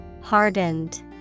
Hardened